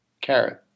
Carrot